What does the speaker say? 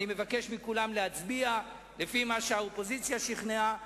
אני מבקש מכולם להצביע לפי מה שהאופוזיציה שכנעה,